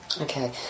Okay